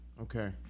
Okay